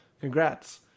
congrats